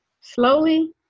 Slowly